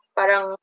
Parang